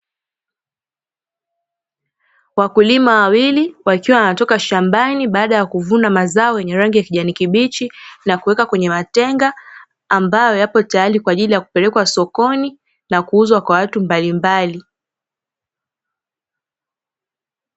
Wakulima wawili wakiwa wanatoka shambani baada ya kuvuna mazao yenye rangi ya kijani kibichi, na kuweka kwenye matenga ambayo yapo tayari kwa ajili ya kupelekwa sokoni na kuuzwa kwa watu mbalimbali.